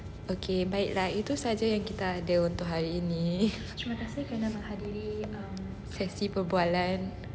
okay baiklah itu sahaja yang kita ada untuk hari ini sesi perbualan